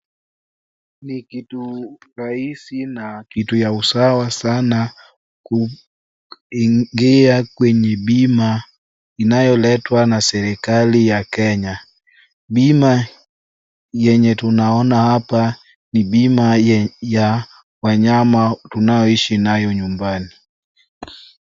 Ni kitu rahisi na kitu ya usawa sanaa kuingia kwenye bima inayoletwa na serikali ya kenya , bima yenye tunaona hapa ni bima ya wanyama tunao ishi nao nyumbani.